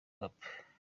cape